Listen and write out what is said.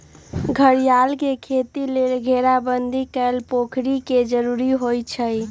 घरियार के खेती लेल घेराबंदी कएल पोखरि के जरूरी होइ छै